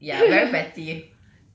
ya very petty